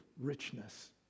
richness